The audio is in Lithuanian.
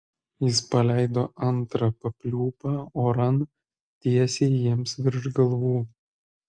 jis paleido antrą papliūpą oran tiesiai jiems virš galvų